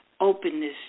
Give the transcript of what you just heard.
openness